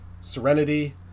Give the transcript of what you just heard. Serenity